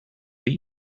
are